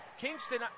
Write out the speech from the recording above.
Kingston